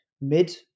mid